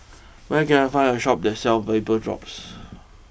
where can I find a Shop that sells Vapodrops